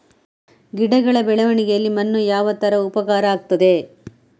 ಗಿಡಗಳ ಬೆಳವಣಿಗೆಯಲ್ಲಿ ಮಣ್ಣು ಯಾವ ತರ ಉಪಕಾರ ಆಗ್ತದೆ?